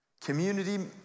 community